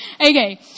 Okay